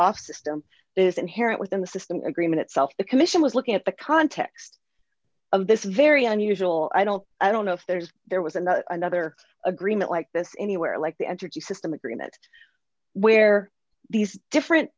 off system is inherent within the system agreement itself the commission was looking at the context this is very unusual i don't i don't know if there's there was another another agreement like this anywhere like the entergy system agreements where these